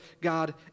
God